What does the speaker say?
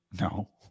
No